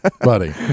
Buddy